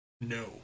No